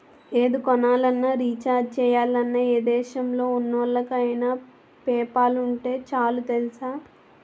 ఏది కొనాలన్నా, రీచార్జి చెయ్యాలన్నా, ఏ దేశంలో ఉన్నోళ్ళకైన పేపాల్ ఉంటే చాలు తెలుసా?